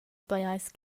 pajais